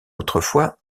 autrefois